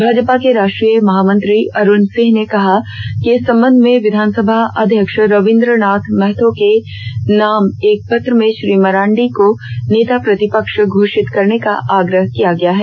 भाजपा के राष्ट्रीय महामंत्री अरूण सिंह ने कहा कि इस संबंध में विधानसभा अध्यक्ष रवींद्रनाथ महतो के नाम एक पत्र में श्री मरांडी को नेता प्रतिपक्ष घोषित करने का आग्रह किया गया है